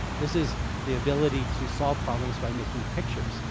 this is the ability to solve problems by making pictures.